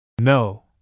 No